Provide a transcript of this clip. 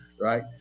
Right